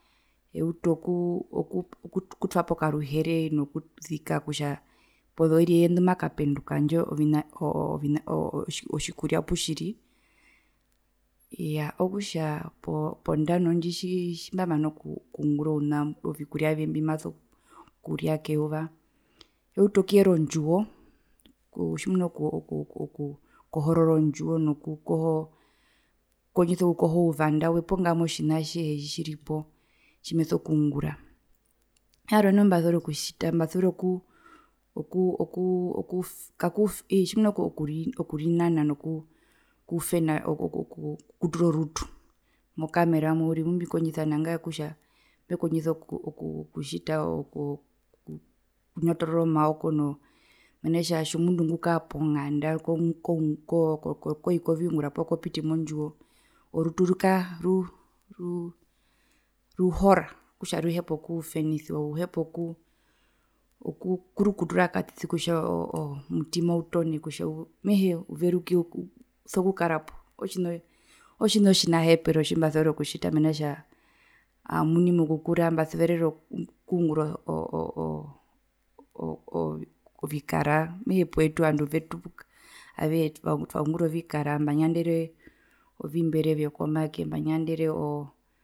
Eutu oku oku okutwapo karuhere nokuzika kutja pozoiri eye ndumakapenduka handje ovina ovina otjikuria oputjiri, iyaa okutja pondandji tjimbamana okungura ouna ovikuria vye mbimaso kuria keuva eutu okuyera ondjiwo tjimuna okukohorora ondjiwo nokukohoo kondjisa okukoha ouvandawe poo ngamwa otjina atjihe tjitjiripo tjimeso kungura, tjarwe noho tjimbasuvera okutjita mbasuvera oku oku oku kakuu ii tjimuna okurinana noku okuufena oku oku oku okutura orutu mokameramo mumbikondjisa nangarire mekondjisa okunyotorora omaoko noo mena tja otjomundu ngukara ponganda ko ko koungu koi koviungura pokopiti mondjiwo orutu rukaa ru ru ruhora okutja ruhepa okufenisiwa uhepa okurukutura katiti kutja omutima utone kutja mehee ouveruke uso kukarapo otjina otjinahepero tjimbasuvera okutjita mena kutja ami omuni mokukura mbasuverere okungura ooo oo oo ovikara mehee poetu ovandu vetupuka avehe twaungura ovikara mbanyandere ovimbere vyo komake mbanyandere oo.